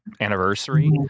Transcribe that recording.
anniversary